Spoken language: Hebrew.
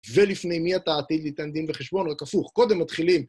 ולפני מי אתה עתיד ליתן דין וחשבון, רק הפוך. קודם מתחילים.